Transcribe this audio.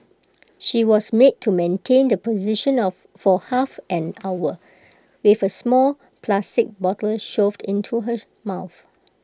she was made to maintain the position of for half an hour with A small plastic bottle shoved into her mouth